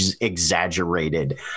exaggerated